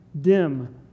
dim